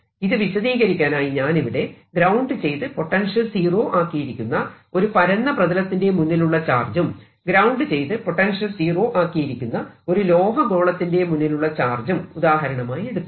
ഇത് വിശദീകരിക്കാനായി ഞാനിവിടെ ഗ്രൌണ്ട് ചെയ്ത് പൊട്ടൻഷ്യൽ സീറോ ആക്കിയിരിക്കുന്ന ഒരു പരന്ന പ്രതലത്തിന്റെ മുന്നിലുള്ള ചാർജും ഗ്രൌണ്ട് ചെയ്ത് പൊട്ടൻഷ്യൽ സീറോ ആക്കിയിരിക്കുന്ന ഒരു ലോഹ ഗോളത്തിന്റെ മുന്നിലുള്ള ചാർജും ഉദാഹരണമായി എടുത്തു